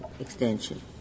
extension